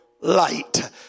light